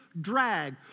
drag